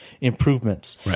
improvements